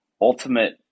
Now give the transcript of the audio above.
ultimate